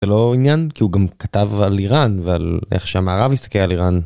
לא עניין כי הוא גם כתב על איראן ועל איך שהמערב הסתכל על איראן.